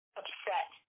upset